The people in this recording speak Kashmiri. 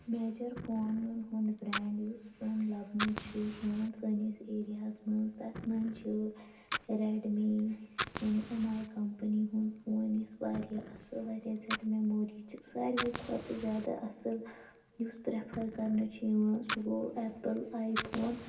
میجَر فونَن ہنٛد بریٚنڈ یُس زَن لَبنہٕ چھ یِوان سٲنِس ایریا ہس مَنٛز تتھ مَنٛز چھ ریٚڈمی یعنی ایٚم آیۍ کَمپٔنی ہُنٛد فون یُس واریاہ اصٕل واریاہ زیادٕ میٚموری چھِ ساروی کھۄتہٕ زیادٕ اصٕل یُس پرٮ۪فَر کَرنہٕ چھُ یِوان سُہ گوٚو ایٚپٕل آیۍ فون